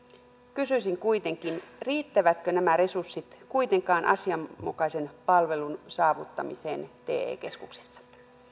kysyisin riittävätkö nämä resurssit kuitenkaan asianmukaisen palvelun saavuttamiseen te keskuksissa vielä